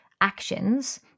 actions